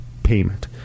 Payment